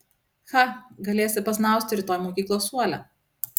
cha galėsi pasnausti rytoj mokyklos suole